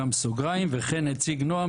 וכן נציג "נעם",